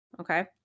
Okay